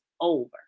over